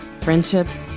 friendships